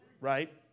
Right